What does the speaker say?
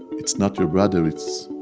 it's not your brother, it's,